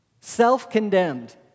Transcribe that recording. Self-condemned